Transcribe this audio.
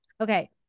Okay